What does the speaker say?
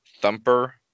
Thumper